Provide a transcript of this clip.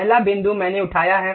पहला बिंदु मैंने उठाया है